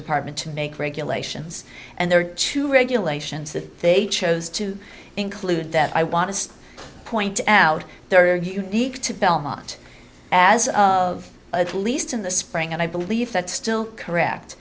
department to make regulations and there are two regulations that they chose to include that i want to point out there are unique to belmont as at least in the spring and i believe that's still correct